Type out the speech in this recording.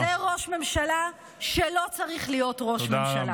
זה ראש ממשלה שלא צריך להיות ראש ממשלה.